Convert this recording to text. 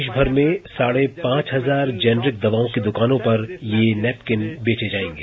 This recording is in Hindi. देशभर में साढ़े पांच हजार जेनेरिक दवाओं की दुकानों पर ये नेपकिन बेचे जाएंगे